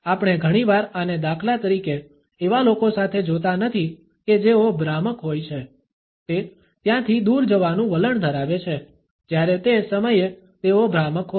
આપણે ઘણીવાર આને દાખલા તરીકે એવા લોકો સાથે જોતા નથી કે જેઓ ભ્રામક હોય છે તે ત્યાંથી દૂર જવાનું વલણ ધરાવે છે જ્યારે તે સમયે તેઓ ભ્રામક હોય